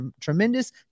tremendous